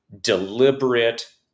deliberate